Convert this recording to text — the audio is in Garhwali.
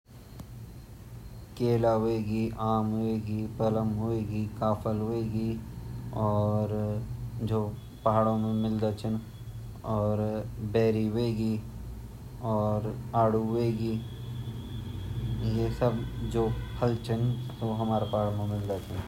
गढ़वाल मा सबसे अछू फ्रूट वोन काफल, काफल ची बेडू ची और घिंगाड़ु ची और हैंसोल छिन अर आड़ू छिन पल्म छिन और भोत सुन्दर-सुन्दर फ्रूट छिन हमा गढ़वाल मा आम छिन गड़वाला बहुत टेस्टी-टेस्टी आम वोना अर भमोड़ भोत टेस्टी वोन्दा जांगलू मा।